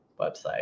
website